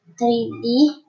3D